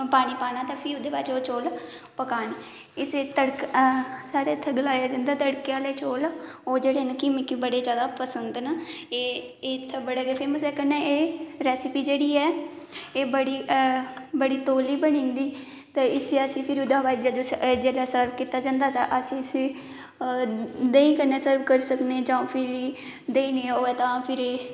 पानी पाना ते फ्ही ओहदे बाद चौल पकाने इस साढ़े उत्थै तड़के आहले चौल निक्के निक्के बडे़ ज्यादा पसंद ना एह् इत्थै बडे़ गै फेमस ना रेसिपी जेहड़ी ऐ एह् बड़ी गै तौले बनी जंदी ते इसी फिर ओहदे बाद जिसले सर्ब कीता जंदा ते उस उसी देहीं कन्नै खाई सकने देहीं कन्नै होऐ फिर इयै